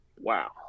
Wow